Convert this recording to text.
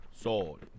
Sword